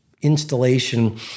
installation